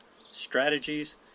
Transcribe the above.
strategies